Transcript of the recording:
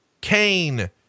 Kane